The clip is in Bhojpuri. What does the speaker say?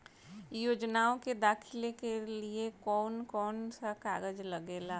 योजनाओ के दाखिले के लिए कौउन कौउन सा कागज लगेला?